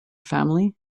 family